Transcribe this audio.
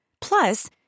plus